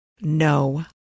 No